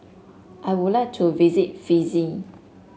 I would like to visit Fiji